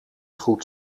goed